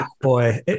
boy